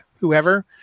whoever